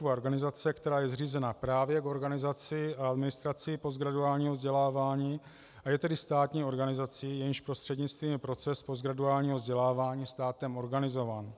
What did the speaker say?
IPVZ je příspěvková organizace, která je zřízena právě k organizaci a administraci postgraduálního vzdělávání, a je tedy státní organizací, jejímž prostřednictvím je proces postgraduálního vzdělávání státem organizován.